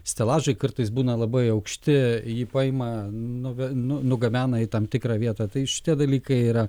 stelažai kartais būna labai aukšti jį paima nuve nu nugabena į tam tikrą vietą tai šitie dalykai yra